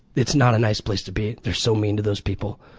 it's not a nice place to be they're so mean to those people.